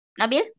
Nabil